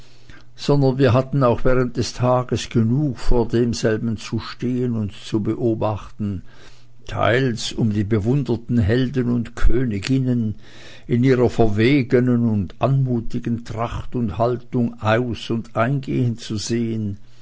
sondern wir hatten auch während des tages genug vor demselben zu stellen und zu beobachten teils um die bewunderten helden und königinnen in ihrer verwegenen und anmutigen tracht und haltung aus und ein gehen zu sehen